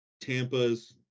Tampa's